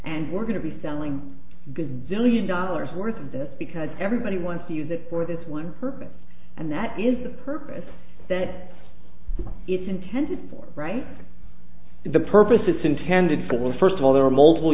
and we're going to be selling going zillion dollars worth of this because everybody wants to use it for this one purpose and that is the purpose that it's intended for right the purpose it's intended for first of all there are multiple